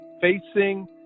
facing